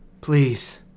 please